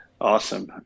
awesome